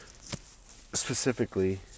Specifically